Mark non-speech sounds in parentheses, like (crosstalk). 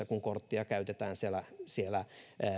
(unintelligible) kun korttia käytetään siellä siellä